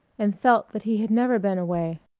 and felt that he had never been away.